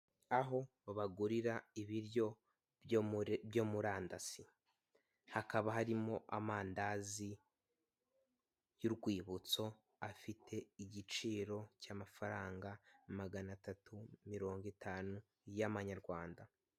Aho babagurira ibiryo byo murandasi hakaba harimo amandazi y'urwibutso afite igiciro cy'amafaranga magana atatu mirongo itanu y'amanyarwanda.